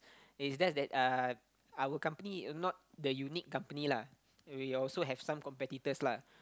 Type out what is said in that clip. it's just that uh our company not the unique company lah we also have some competitors lah